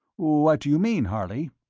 what do you mean, harley?